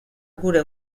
gure